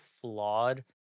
flawed